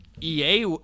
EA